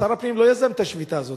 שר הפנים לא יזם את השביתה הזאת.